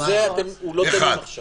זה אחד.